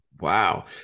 wow